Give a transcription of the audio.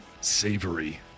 savory